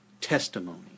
testimony